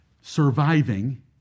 surviving